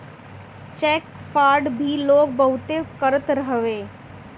check fraud भी लोग बहुते करत हवे